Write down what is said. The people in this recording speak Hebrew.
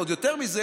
ועוד יותר מזה,